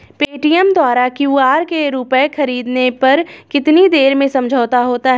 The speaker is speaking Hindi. पेटीएम द्वारा क्यू.आर से रूपए ख़रीदने पर कितनी देर में समझौता होता है?